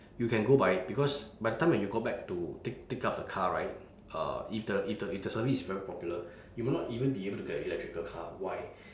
you can go buy it because by the time when you go back to take take up the car right uh if the if the if the service is very popular you will not even be able to get a electrical car why